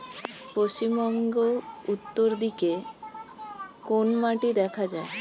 পশ্চিমবঙ্গ উত্তর দিকে কোন মাটি দেখা যায়?